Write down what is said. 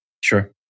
Sure